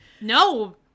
no